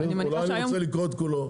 אני רוצה לקרוא את כולו.